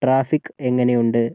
traffic എങ്ങനെയുണ്ട്